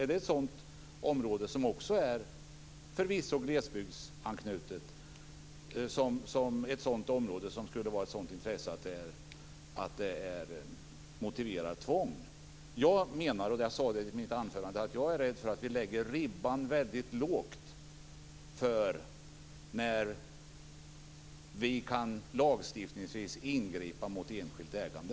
Är det ett sådant - förvisso glesbygdsanknutet - område som också skulle kunna vara av ett sådant intresse att det motiverar tvång? Som jag sade i mitt anförande är jag rädd för att vi lägger ribban väldigt lågt för när vi lagstiftningsvis kan ingripa mot enskilt ägande.